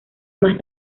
más